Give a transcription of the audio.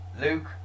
Luke